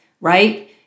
right